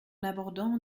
abordant